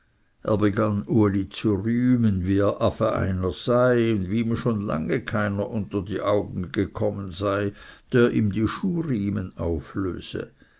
zu rühmen wie er afe einer sei und wie ihm schon lange keiner unter die augen gekommen sei der ihm die schuhriemen auflöse